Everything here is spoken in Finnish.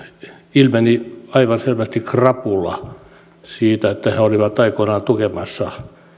ilmeni aivan selvästi krapula siitä että he olivat aikoinaan tukemassa